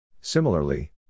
Similarly